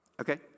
Okay